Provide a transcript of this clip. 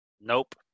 nope